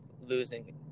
losing